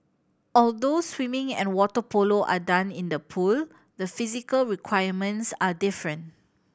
although swimming and water polo are done in the pool the physical requirements are different